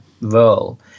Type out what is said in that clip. role